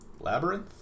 Labyrinth